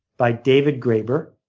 by david graeber.